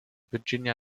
virginia